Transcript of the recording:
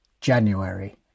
January